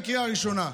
בקריאה הראשונה,